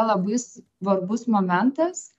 labai s varbus momentas